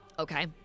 Okay